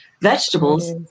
vegetables